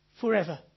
forever